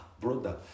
brother